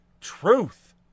truth